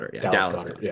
Dallas